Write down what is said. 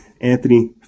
Anthony